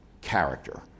character